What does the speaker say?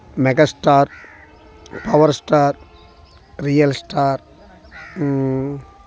megastar power star real star